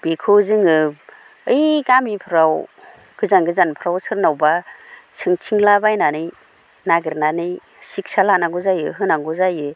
बेखौ जोङो ओइ गामिफ्राव गोजान गोजानफ्राव सोरनावबा सोंथिंला बायनानै नागिरनानै सिखिथसा लानांगौ जायो होनांगौ जायो